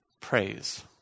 Praise